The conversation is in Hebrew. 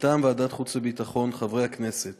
מטעם ועדת החוץ והביטחון, חברי הכנסת